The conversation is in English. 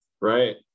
Right